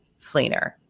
Fleener